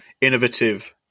innovative